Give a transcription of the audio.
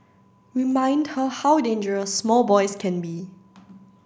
remind her how dangerous small boys can be